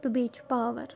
تہٕ بیٚیہِ چھِ پاور